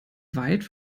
weit